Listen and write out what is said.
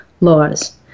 laws